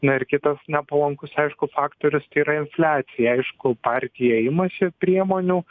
na ir kitas nepalankus aišku faktorius tai yra infliacija aišku partija imasi priemonių